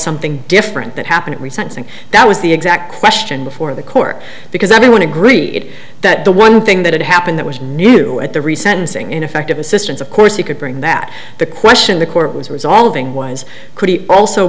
something different that happened recent thing that was the exact question before the court because everyone agreed that the one thing that happened that was new at the recent thing ineffective assistance of course you could bring that the question the court was resolving was also